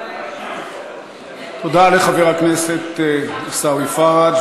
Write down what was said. תודה לחבר הכנסת עיסאווי פַרַאג'.